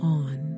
on